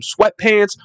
sweatpants